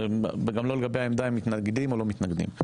וגם לא לגבי העמדה אם מתנגדים או לא מתנגדים.